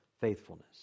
faithfulness